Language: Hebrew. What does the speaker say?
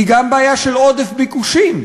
היא גם בעיה של עודף ביקושים.